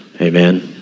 Amen